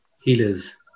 healers